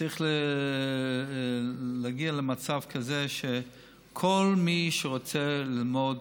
צריך להגיע למצב כזה שכל מי שרוצה ללמוד